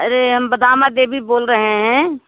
अरे हम बदामा देवी बोल रहे हैं